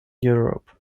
europe